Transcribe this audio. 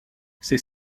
ces